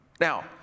Now